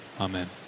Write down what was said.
Amen